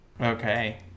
Okay